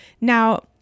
Now